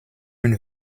une